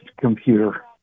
computer